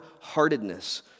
heartedness